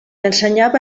ensenyava